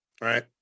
right